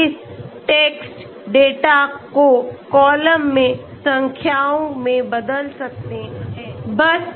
हम इस text data को कॉलम में संख्याओं में बदल सकते हैं